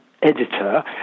Editor